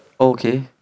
Okay